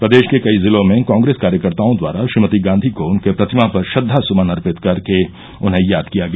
प्रदेश के कई जिलों में कॉग्रेस कार्यकर्ताओं द्वारा श्रीमती गांधी को उनके प्रतिमा पर श्रद्वासुमन अर्पित कर के उन्हें याद किया गया